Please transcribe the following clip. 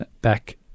back